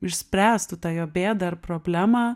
išspręstų tą jo bėdą ar problemą